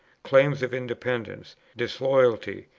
claims of independence, disloyalty,